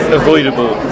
avoidable